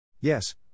Yes